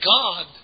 god